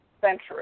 century